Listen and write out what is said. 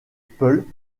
peuls